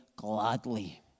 gladly